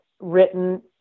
written